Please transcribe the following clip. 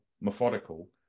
methodical